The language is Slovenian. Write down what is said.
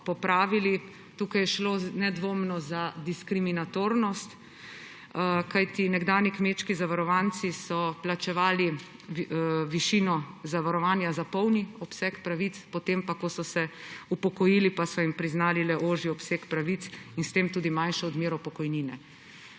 popravili. Tukaj je šlo nedvomno za diskirminatornost, kajti nekdanji kmečki zavarovanci so plačevali višino zavarovanja za polni obseg pravic, potem ko so se upokojili, pa so jim priznali le ožji obseg pravic in s tem tudi manjšo odmero pokojnine.